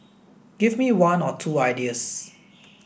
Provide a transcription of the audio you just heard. give me one or two ideas